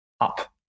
up